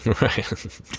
right